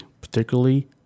particularly